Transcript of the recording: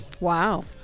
Wow